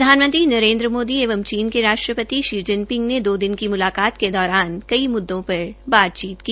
प्रधानमंत्री नरेंद्र मोदी एवं चीन के राष्ट्रप्रति शी जिनपिंग ने दो दिन की मुलाकात के दौरान कई मुद्दों पर बातचीत की